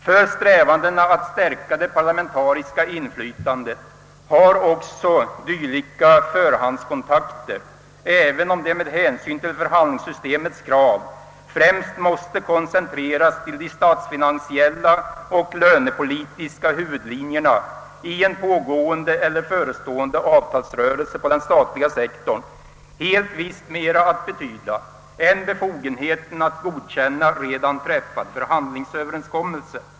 För strävandena att stärka det parlamentariska inflytandet har också dylika förhandskontakter, även om de med hänsyn till förhandlingssystemets krav främst måste koncentreras till de statsfinansiella och lönepolitiska huvudlinjerna i en pågående eller förestående avtalsrörelse på den statliga sektorn, helt visst mera att betyda än befogenheten att godkänna redan träffad förhandlingsöverenskommelse.